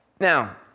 Now